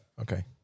Okay